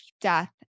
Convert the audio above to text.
Death